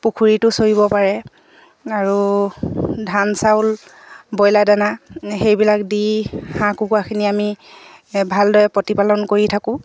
পুখুৰীটো চৰিব পাৰে আৰু ধান চাউল ব্ৰইলাৰ দানা সেইবিলাক দি হাঁহ কুকুৰাখিনি আমি ভালদৰে প্ৰতিপালন কৰি থাকোঁ